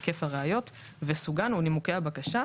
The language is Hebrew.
היקף הראיות וסוגן ונימוקי הבקשה,